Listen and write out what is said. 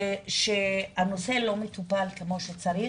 שהנושא לא מטופל כמו שצריך.